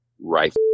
right